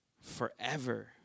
forever